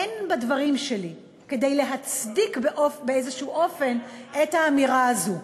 אין בדברים שלי כדי להצדיק באיזה אופן את האמירה הזו.